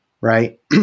right